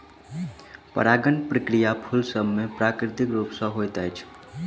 परागण प्रक्रिया फूल सभ मे प्राकृतिक रूप सॅ होइत अछि